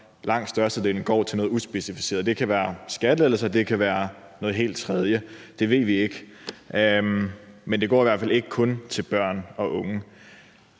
Langt størstedelen går til noget uspecificeret, som kan være skattelettelser eller noget helt tredje – det ved vi ikke. Men det går i hvert fald ikke kun til børn og unge.